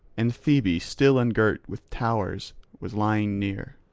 and thebe still ungirt with towers was lying near,